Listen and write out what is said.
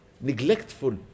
neglectful